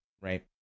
right